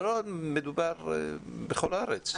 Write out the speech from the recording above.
לא, מדובר בכל הארץ.